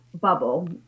bubble